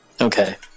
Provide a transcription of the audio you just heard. okay